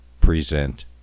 present